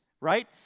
Right